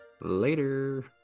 later